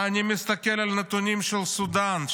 אני מסתכל על הנתונים של סודאן,